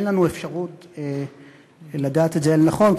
אין לנו אפשרות לדעת את זה אל נכון,